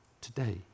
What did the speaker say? today